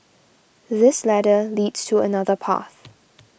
this ladder leads to another path